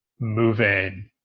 moving